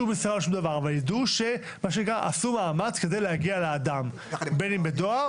ידעו שעשו מאמץ כדי להגיע לאדם בין אם בדואר